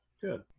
good